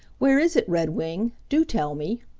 where is it, redwing? do tell me.